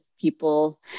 people